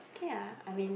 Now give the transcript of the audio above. ya I mean